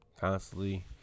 Constantly